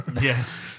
yes